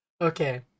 Okay